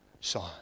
Son